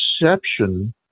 perception